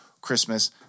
Christmas